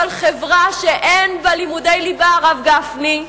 אבל חברה שאין בה לימודי ליבה, הרב גפני,